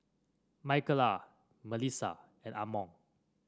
Michaela Melissa and Armond